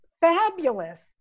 fabulous